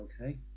okay